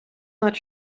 not